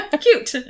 Cute